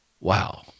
wow